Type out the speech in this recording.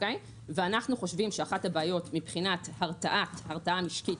ואנו חושבים שאחת הבעיות מבחינת הרתעת משקית,